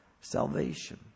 salvation